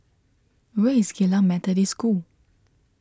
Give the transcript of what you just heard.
where is Geylang Methodist School